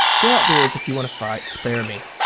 go outdoors if you want to fight. spare me.